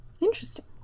Interesting